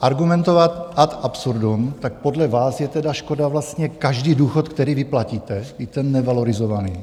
argumentovat ad absurdum, tak podle vás je tedy škoda vlastně každý důchod, který vyplatíte, byť ten nevalorizovaný.